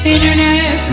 Internet